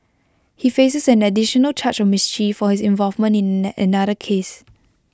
he faces an additional charge of mischief for his involvement in another case